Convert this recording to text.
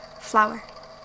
flower